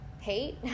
hate